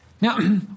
Now